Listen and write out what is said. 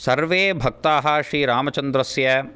सर्वे भक्ताः श्रीरामचन्द्रस्य